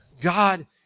God